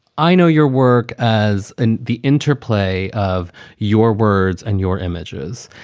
i know your work as in the interplay of your words and your images.